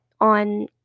on